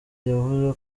yavuze